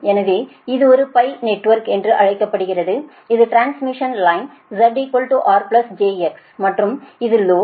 எனவே இது ஒரு நெட்வொர்க் என்று அழைக்கப்படுகிறது இது transmission line Z R j X மற்றும் இது லோடு